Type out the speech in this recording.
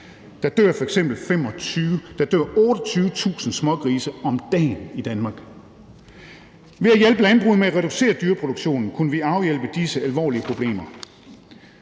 Der dør f.eks. 28.000 smågrise om dagen i Danmark. Ved at hjælpe landbruget med at reducere dyreproduktionen kunne vi afhjælpe disse alvorlige problemer,